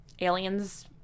aliens